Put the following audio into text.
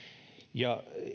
ja